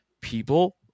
People